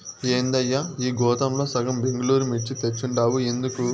ఏందయ్యా ఈ గోతాంల సగం బెంగళూరు మిర్చి తెచ్చుండావు ఎందుకు